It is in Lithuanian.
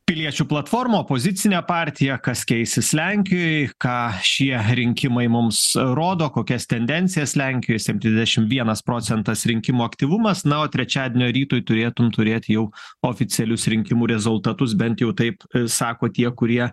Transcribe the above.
piliečių platforma opozicinė partija kas keisis lenkijoj ką šie rinkimai mums rodo kokias tendencijas lenkijoj septyniasdešim vienas procentas rinkimų aktyvumas na o trečiadienio rytui turėtum turėt jau oficialius rinkimų rezultatus bent jau taip sako tie kurie